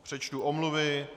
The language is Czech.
Přečtu omluvy.